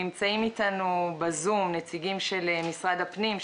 נמצאים איתנו בזום נציגים של משרד הפנים,